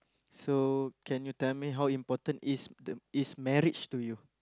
so can you tell me how important is the is marriage to you